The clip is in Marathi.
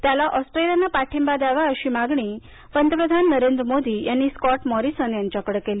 त्याला ऑस्ट्रेलियानं पाठिंबा द्यावा अशी मागणी पंतप्रधान नरेंद्र मोदी यांनी स्कॉट मॉरिसन यांच्याकडं केली